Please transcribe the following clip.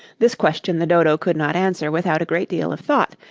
this question the dodo could not answer without a great deal of thought,